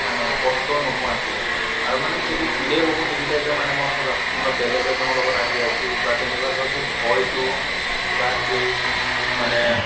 মানে কষ্ট নোহোৱাকে আৰু মানে মোক এইটো ফিলে হ'ব নিদিলে যে মই ধৰক আপো কোনোবা বেলেগ এজনৰ লগত আহি আছোঁ বা তেনেকুৱা ধৰক সেই ভয়তো বা সেই মানে